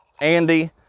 Andy